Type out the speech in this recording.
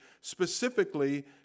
specifically